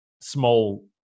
small